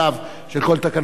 של כל תקנות הכנסת.